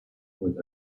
with